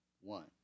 One